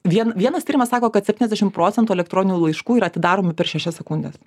vien vienas tyrimas sako kad septyniasdešim procentų elektroninių laiškų yra atidaromi per šešias sekundes